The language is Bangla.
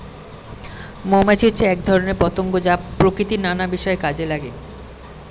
মৌমাছি হচ্ছে এক ধরনের পতঙ্গ যা প্রকৃতির নানা বিষয়ে কাজে লাগে